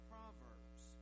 Proverbs